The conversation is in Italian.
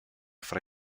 fra